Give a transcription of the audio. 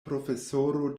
profesoro